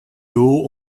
doel